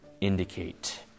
Indicate